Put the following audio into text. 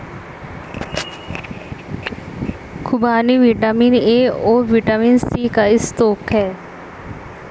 खूबानी vitamin A और vitamin C का स्रोत है